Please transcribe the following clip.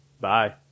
Bye